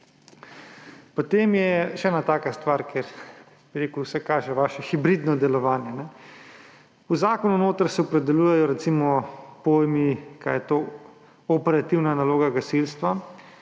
Potem je še ena taka stvar, kjer se kaže vaše hibridno delovanje. V zakonu se opredeljuje recimo pojem, kaj je to operativna naloga gasilstva,